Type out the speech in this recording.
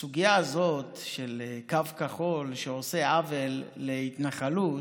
הסוגיה הזאת של קו כחול, שעושה עוול להתנחלות,